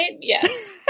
Yes